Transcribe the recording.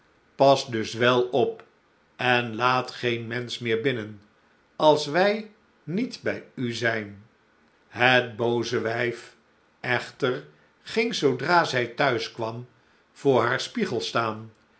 pas dus wel op en laat geen mensch meer binnen als wij niet bij u zijn j j a goeverneur oude sprookjes het booze wijf echter ging zoodra zij t huis kwam voor haar spiegel staan